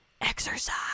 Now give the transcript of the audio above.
exercise